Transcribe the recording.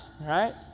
right